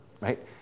Right